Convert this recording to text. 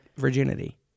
virginity